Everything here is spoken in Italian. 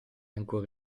ancora